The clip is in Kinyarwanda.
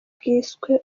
bwiswe